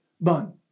bun